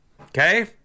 Okay